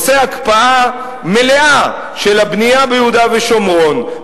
עושה הקפאה מלאה של הבנייה ביהודה ושומרון,